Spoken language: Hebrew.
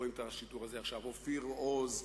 מושל בעוז,